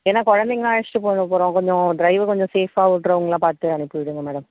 ஏன்னா குழந்தைங்கலாம் அழைச்சிட்டு போக போகறோம் கொஞ்சம் ட்ரைவர் கொஞ்சம் ஸேஃப்பாக ஓட்டுறவங்களா பார்த்து அனுப்பி விடுங்கள் மேடம்